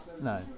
No